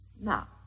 Now